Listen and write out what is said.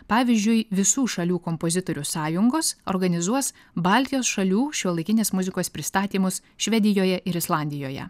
pavyzdžiui visų šalių kompozitorių sąjungos organizuos baltijos šalių šiuolaikinės muzikos pristatymus švedijoje ir islandijoje